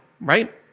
right